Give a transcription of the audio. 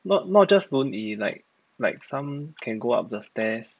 not not just 轮椅 like like some can go up the stairs